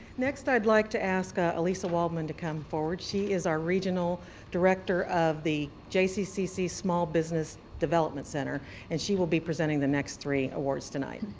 next i'd like to ask ah elisa waldman to come forward. she is our regional director of the jccc small business development center and she will be presenting the next three awards tonight.